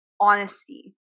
honesty